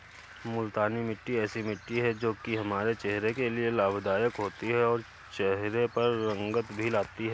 मूलतानी मिट्टी ऐसी मिट्टी है जो की हमारे चेहरे के लिए लाभदायक होती है और चहरे पर रंगत भी लाती है